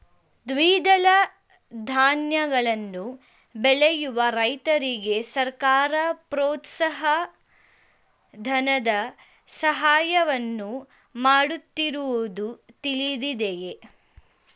ದ್ವಿದಳ ಧಾನ್ಯಗಳನ್ನು ಬೆಳೆಯುವ ರೈತರಿಗೆ ಸರ್ಕಾರ ಪ್ರೋತ್ಸಾಹ ಧನದ ಸಹಾಯವನ್ನು ಮಾಡುತ್ತಿರುವುದು ತಿಳಿದಿದೆಯೇ?